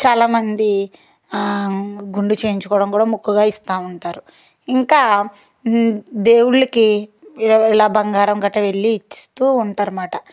చాలామంది ఆ గుండు చేయించుకోవడం కూడా మొక్కుగా ఇస్తూ ఉంటారు ఇంకా దేవుళ్ళకి ఏ ఇలా బంగారం గట్రా వెళ్ళి ఇస్తూ ఉంటారు అన్నమాట